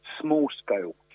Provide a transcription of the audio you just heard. small-scale